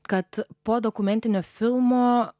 kad po dokumentinio filmo